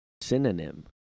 synonym